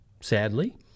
Sadly